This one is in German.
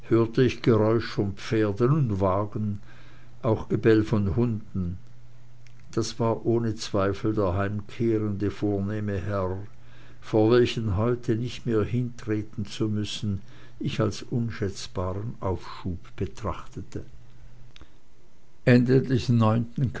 geräusch von pferden und wagen auch gebell von hunden das war ohne zweifel der heimkehrende vornehme herr vor welchen heute nicht mehr hintreten zu müssen ich als schätzbaren aufschub betrachtete